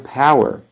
power